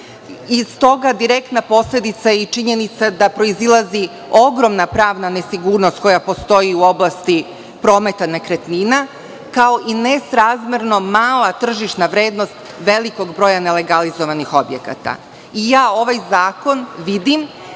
i stoga direktna posledica i činjenica da proizilazi ogromna pravna nesigurnost koja postoji u oblasti prometa nekretnina, kao i nesrazmerno mala tržišna vrednost velikog broja nelegalizovanih objekata. Ovaj zakon vidim